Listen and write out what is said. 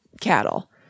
cattle